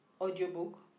Audiobook